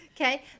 Okay